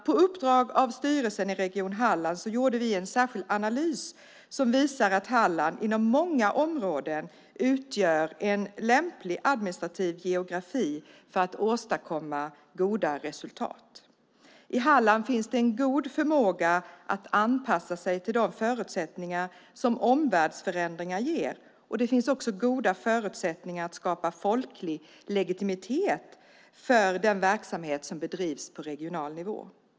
På uppdrag av styrelsen i Region Halland gjorde vi en särskild analys som visar att Halland inom många områden utgör en lämplig administrativ geografi för att åstadkomma goda resultat. I Halland finns en god förmåga att anpassa sig till de förutsättningar som omvärldsförändringar ger, och det finns också goda förutsättningar att skapa folklig legitimitet för den verksamhet som bedrivs på regional nivå.